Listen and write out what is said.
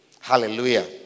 Hallelujah